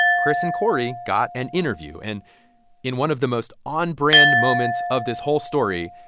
chris and cory got an interview. and in one of the most on-brand moments of this whole story,